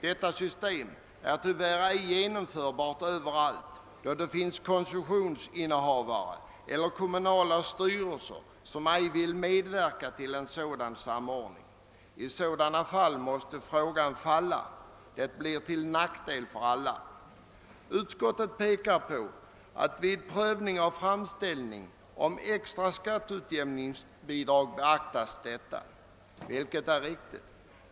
Detta system är tyvärr ej genomförbart överallt, då det finns koncessionsinnehavare och kommunala styrelser som ej vill medverka till en sådan samordning. I sådana fall måste frågan falla, och det blir till nackdel för alla. Utskottet framhåller att detta beaktas vid prövning av framställning om extra skatteutjämning, vilken är riktigt.